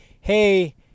hey